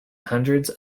hundreds